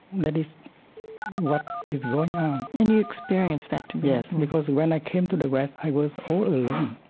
that is what is going on and you experienced that to be, yes, and because when i came to the west, i was all alone.